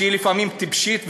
שהיא לפעמים טיפשית ומיותרת,